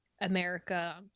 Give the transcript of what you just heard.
America